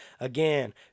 Again